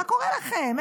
מה קורה לכם?